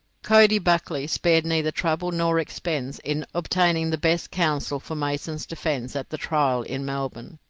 coady buckley spared neither trouble nor expense in obtaining the best counsel for mason's defence at the trial in melbourne.